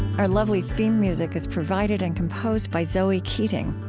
our lovely theme music is provided and composed by zoe keating.